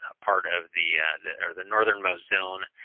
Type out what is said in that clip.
ah part of the the or, the northernmost zone.